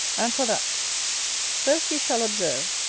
and, for that first you shall observe,